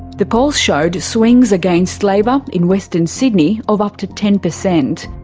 the polls showed swings against labor in western sydney of up to ten percent.